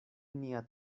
nia